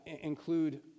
include